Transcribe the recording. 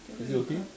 is it okay